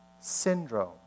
syndrome